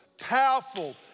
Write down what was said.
powerful